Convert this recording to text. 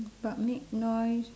but make noise